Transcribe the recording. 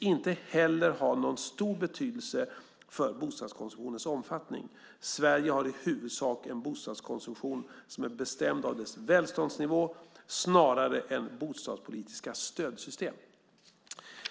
inte heller tycks ha någon stor betydelse för bostadskonsumtionens omfattning. Sverige har i huvudsak en bostadskonsumtion som är bestämd av dess välståndsnivå snarare än av bostadspolitiska stödsystem.